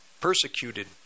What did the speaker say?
persecuted